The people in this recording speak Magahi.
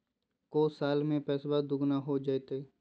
को साल में पैसबा दुगना हो जयते?